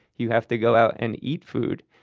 you have to go out and eat food.